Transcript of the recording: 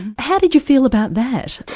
how did you feel about that?